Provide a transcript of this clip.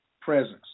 Presence